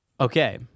Okay